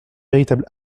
véritable